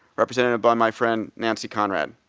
represented by my friend nancy conrad.